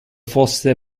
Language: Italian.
fosse